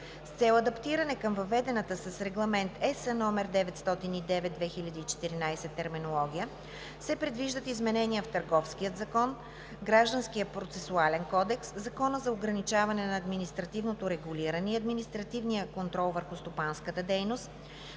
С цел адаптиране към въведената с Регламент (ЕС) № 909/2014 терминология се предвиждат изменения в Търговския закон, Гражданския процесуален кодекс, Закона за ограничаване на административното регулиране и административния контрол върху стопанската дейност,